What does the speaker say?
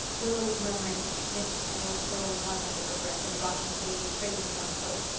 rilla was murmuring knit four, purl one under her breath, and rocking the baby's cradle with one foot.